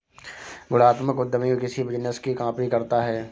गुणात्मक उद्यमी किसी बिजनेस की कॉपी करता है